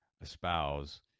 espouse